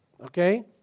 okay